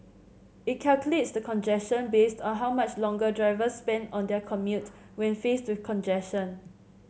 it calculates the congestion based on how much longer drivers spend on their commute when faced to congestion